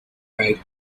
married